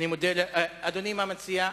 אדוני, מה מציע?